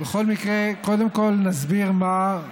בכל מקרה, קודם כול נסביר מה,